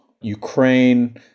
Ukraine